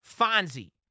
Fonzie